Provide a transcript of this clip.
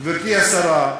גברתי השרה,